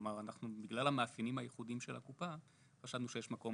בגלל המאפיינים הייחודיים של הקופה אנחנו חשבנו שיש מקום